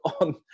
on